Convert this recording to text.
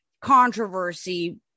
controversy